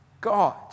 God